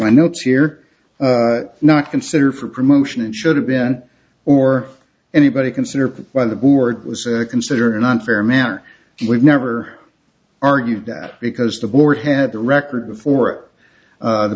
my notes here not considered for promotion should have been or anybody considered by the board was consider an unfair manner we've never argued that because the board had the record before the